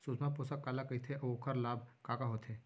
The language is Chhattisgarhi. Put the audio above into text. सुषमा पोसक काला कइथे अऊ ओखर लाभ का का होथे?